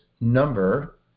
number